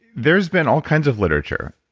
there's been all kinds of literature,